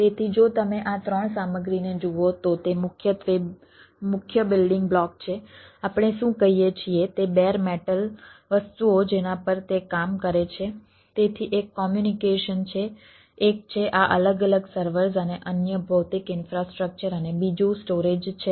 તેથી જો તમે આ ત્રણ સામગ્રીને જુઓ તો તે મુખ્યત્વે મુખ્ય બિલ્ડીંગ બ્લોક છે આપણે શું કહીએ છીએ તે બેર મેટલ છે એક છે આ અલગ અલગ સર્વર્સ અને અન્ય ભૌતિક ઈન્ફ્રાસ્ટ્રક્ચર અને બીજું સ્ટોરેજ છે